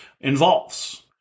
involves